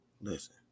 listen